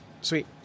sweet